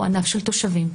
הוא ענף של תושבים.